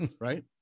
right